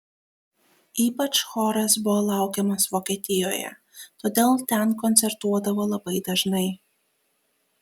ypač choras buvo laukiamas vokietijoje todėl ten koncertuodavo labai dažnai